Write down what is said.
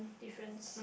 difference